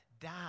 die